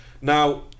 Now